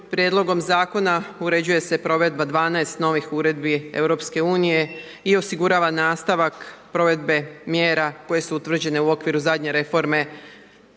prijedlogom zakona uređuje se provedba 12 novih uredbi EU-a i osigurava nastavak provedbe mjera koje su utvrđene u okviru zadnje reforme